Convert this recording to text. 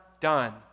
done